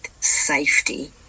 safety